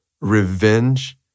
revenge